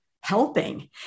helping